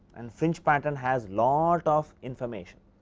and fringe pattern has lot of information.